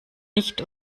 nicht